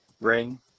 ring